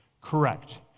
correct